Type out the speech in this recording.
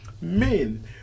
men